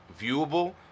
viewable